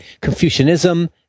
Confucianism